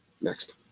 Next